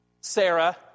Sarah